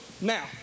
Now